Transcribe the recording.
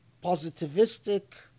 positivistic